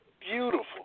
beautiful